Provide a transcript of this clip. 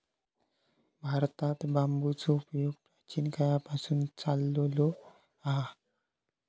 भारतात बांबूचो उपयोग प्राचीन काळापासून चाललो हा